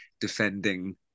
defending